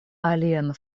alian